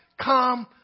come